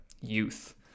youth